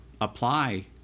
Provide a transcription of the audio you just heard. apply